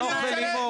אדוני היושב-ראש,